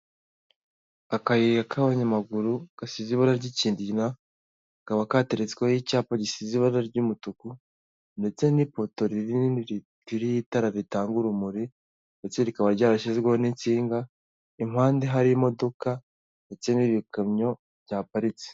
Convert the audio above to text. Akayira k'abanyamaguru gasize ibara ry'kindina kaba kateretsweho icyapa gisize ibara ry'umutuku, ndetse n'ipoto rinini ririho itara ritanga urumuri ndetse rikaba ryarashyizweho n'insinga impande hari imodoka ndetse n'ibikamyo byaparitse.